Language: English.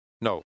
No